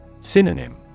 Synonym